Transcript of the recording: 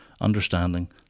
understanding